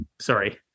Sorry